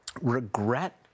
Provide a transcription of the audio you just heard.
regret